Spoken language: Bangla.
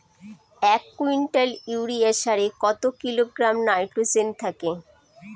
এক কুইন্টাল ইউরিয়া সারে কত কিলোগ্রাম নাইট্রোজেন থাকে?